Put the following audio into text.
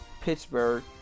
Pittsburgh